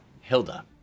Hilda